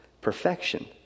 perfection